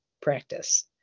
practice